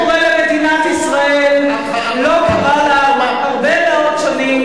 מה שקורה למדינת ישראל לא קרה לה הרבה מאוד שנים,